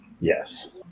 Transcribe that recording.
Yes